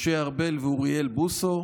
משה ארבל ואוריאל בוסו,